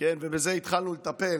ובזה התחלנו לטפל,